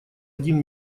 один